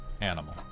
animal